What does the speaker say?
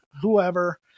whoever